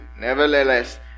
Nevertheless